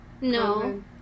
No